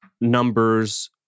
numbers